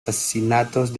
asesinatos